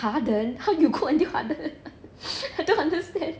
hardened how you cook until hardened